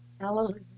Hallelujah